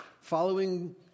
Following